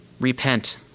Repent